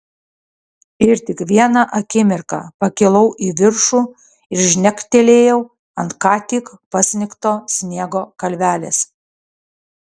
ir tik vieną akimirką pakilau į viršų ir žnektelėjau ant ką tik pasnigto sniego kalvelės